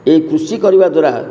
ଏଇ କୃଷି କରିବା ଦ୍ୱାରା